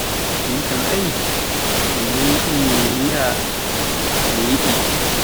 min kam ai mi neɓi mi yiia komi yeɗi.